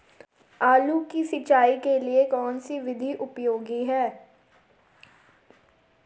आलू की सिंचाई के लिए कौन सी विधि उपयोगी है?